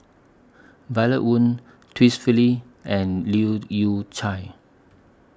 Violet Oon Twisstii and Leu Yew Chye